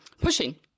pushing